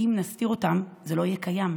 כי אם נסתיר אותם זה לא יהיה קיים.